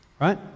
Right